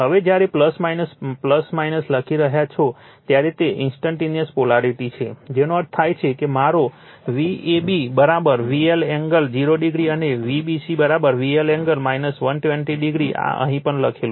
જ્યારે લખી રહ્યા છો ત્યારે તે ઇન્સ્ટન્ટટેનિયસ પોલારિટી છે જેનો અર્થ થાય છે મારો Vab VL એંગલ 0o અને Vbc VL એંગલ 120o આ અહીં પણ લખેલું છે